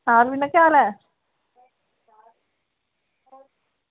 आं मीना केह् हाल ऐ